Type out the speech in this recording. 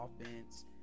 offense